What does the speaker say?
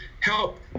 help